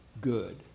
good